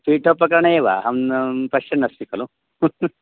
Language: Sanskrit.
स्वीटोपकरणे एव अहं पश्यन्नस्मि खलु